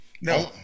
No